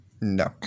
No